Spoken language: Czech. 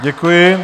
Děkuji.